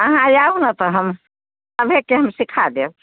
अहाँ आउ ने तऽ हम अभेके हम सीखा देम